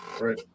Right